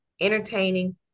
entertaining